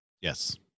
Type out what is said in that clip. Yes